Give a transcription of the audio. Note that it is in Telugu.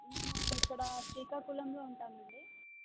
మేము ఇక్కడ శ్రీకాకుళంలో ఉంటాం అండి